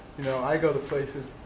you know, i go to places,